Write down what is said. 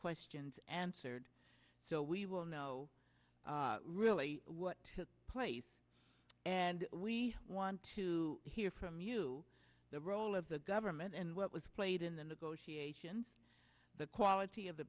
questions answered so we will know really what took place and we want to hear from you the role of the government and what was played in the negotiations the quality of the